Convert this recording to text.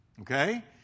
Okay